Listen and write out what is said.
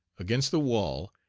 against the wall,